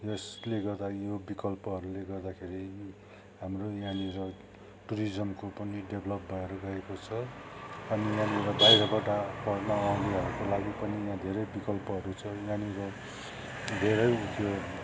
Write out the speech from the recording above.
यसले गर्दा यो विकल्पहरूले गर्दाखेरि हाम्रो यहाँनिर टुरिज्मको पनि डेभलप भएर गएको छ अनि यहाँनिर बाहिरबाट पढ्न आउनेहरूको लागि पनि यहाँ धेरै विकल्पहरू छ यहाँनिर धेरै उ त्यो